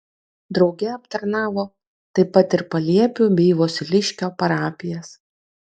drauge aptarnavo taip pat ir paliepių bei vosiliškio parapijas